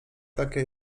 takie